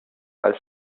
als